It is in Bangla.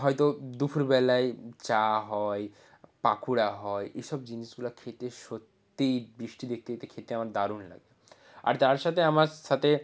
হয়তো দুফুরবেলায় চা হয় পাকোড়া হয় এসব জিনিসগুলা খেতে সত্যিই বৃষ্টি দেখতে দেখতে খেতে আমার দারুণ লাগে আর তার সাথে আমার সাথে